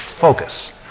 focus